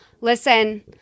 Listen